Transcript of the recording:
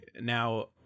now